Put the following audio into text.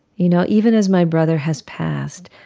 you know even as my brother has passed,